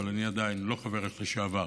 אבל אני עדיין לא חברך לשעבר.